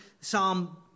psalm